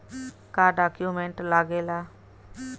का डॉक्यूमेंट लागेला?